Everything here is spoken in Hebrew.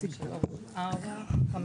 הצבעה בעד, 5